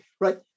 right